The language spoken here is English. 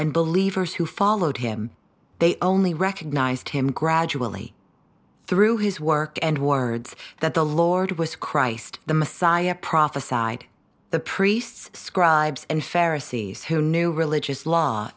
and believers who followed him they only recognized him gradually through his work and words that the lord was christ the messiah prophesied the priests scribes and pharisees who knew religious law